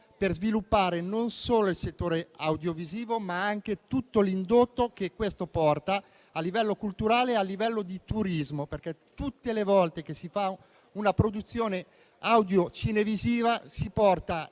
per sviluppare non solo il settore audiovisivo, ma anche tutto l'indotto che porta a livello culturale e turistico, perché tutte le volte che si fa una produzione audiocinevisiva si porta